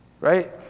Right